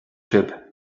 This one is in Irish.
sibh